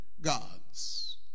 gods